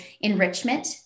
enrichment